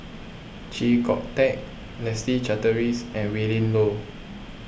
Chee Kong Tet Leslie Charteris and Willin Low